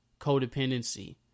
codependency